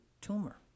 tumor